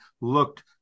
looked